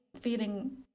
feeling